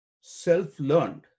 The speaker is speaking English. self-learned